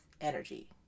energy